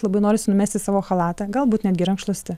labai norisi numesti savo chalatą galbūt netgi rankšluostį